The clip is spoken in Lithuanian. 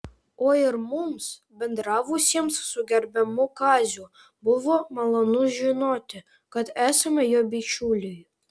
o ir mums bendravusiems su gerbiamu kaziu buvo malonu žinoti kad esame jo bičiuliai